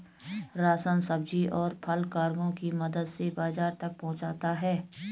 ration, सब्जी, और फल कार्गो की मदद से बाजार तक पहुंचता है